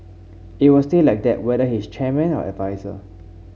it will stay like that whether he is chairman or adviser